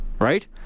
Right